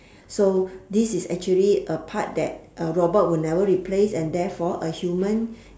so this is actually a part that a robot will never replace and therefore a human